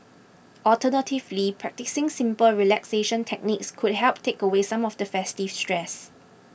alternatively practising simple relaxation techniques could help take away some of the festive stress